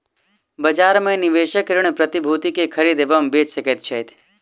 बजार में निवेशक ऋण प्रतिभूति के खरीद एवं बेच सकैत छथि